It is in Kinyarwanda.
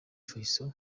fayzo